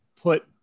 put